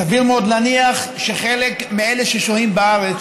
סביר מאוד להניח שחלק מאלה ששוהים בארץ,